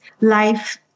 life